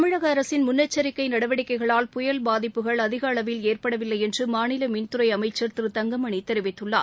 தமிழக அரசின் முன்னெச்சரிக்கை நடவடிக்கைகளால் புயல் பாதிப்புகள் ஏற்படவில்லை என்று மாநில மின்துறை அமைச்சர் திரு தங்கமணி தெரிவித்துள்ளார்